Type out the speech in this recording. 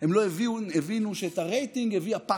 אם בשביל זה צריך לדרוס את הצבא, הוא ידרוס את